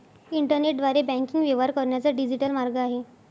इंटरनेटद्वारे बँकिंग व्यवहार करण्याचा डिजिटल मार्ग आहे